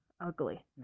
Ugly